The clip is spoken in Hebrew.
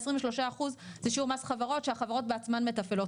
23% זה מס חברות שהחברות בעצמן מתפעלות.